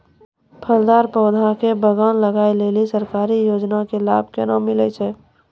फलदार पौधा के बगान लगाय लेली सरकारी योजना के लाभ केना मिलै छै?